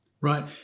Right